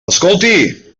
escolti